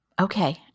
Okay